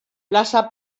plaça